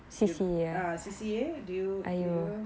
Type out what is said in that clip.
ah C_C_A do you do you